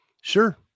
Sure